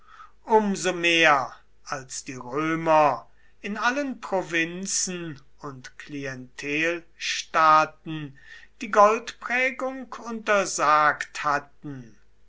so mehr als die römer in allen provinzen und klientelstaaten die goldprägung untersagt hatten